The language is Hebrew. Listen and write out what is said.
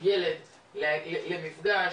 ילד למפגש,